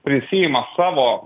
prisiima savo